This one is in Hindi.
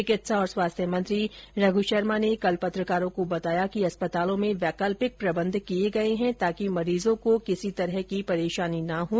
चिकित्सा और स्वास्थ्य मंत्री रघ् शर्मा ने कल पत्रकारों को बताया कि अस्पतालों में वैकल्पिक प्रबंध किए गए हैं ताकि मरीजों को किर्सो प्रकार की परेशानी न हों